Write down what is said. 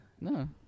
No